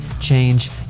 change